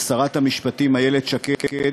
לשרת המשפטים איילת שקד,